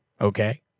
okay